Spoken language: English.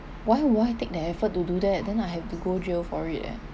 why why take the effort to do that then I have to go jail for it eh